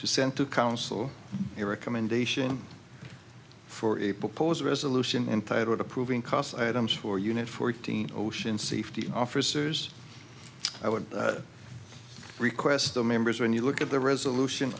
to send to counsel a recommendation for a proposed resolution entitled approving costs items for unit fourteen ocean safety officers i would request the members when you look at the resolution